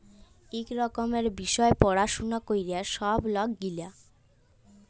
ইক রকমের বিষয় পাড়াশলা ক্যরে ছব লক গিলা